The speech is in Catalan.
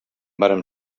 vàrem